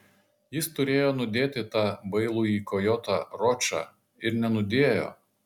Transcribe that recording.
jis turėjo nudėti tą bailųjį kojotą ročą ir nenudėjo